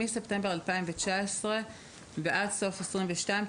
מספטמבר 2019 ועד סוף 2022,